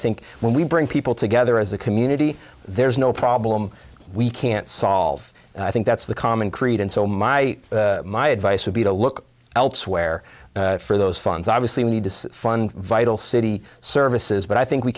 think when we bring people together as a community there's no problem we can't solve and i think that's the common creed and so my my advice would be to look elsewhere for those funds obviously we need to fund vital city services but i think we